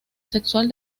sexual